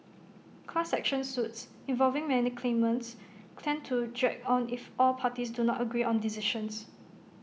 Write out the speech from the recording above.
class action suits involving many claimants tend to drag on if all parties do not agree on decisions